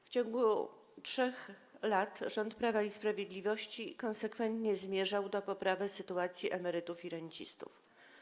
W ciągu 3 lat rząd Prawa i Sprawiedliwości konsekwentnie zmierzał do poprawy sytuacji emerytów i rencistów.